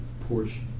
portion